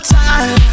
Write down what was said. time